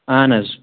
اَہَن حظ